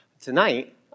Tonight